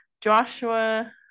Joshua